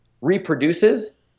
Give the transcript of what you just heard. Reproduces